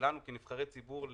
שלנו כנבחרי ציבור לסביר,